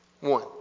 One